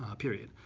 ah period.